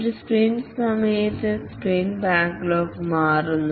ഒരു സ്പ്രിന്റ് സമയത്ത് sprint backlog മാറുന്നു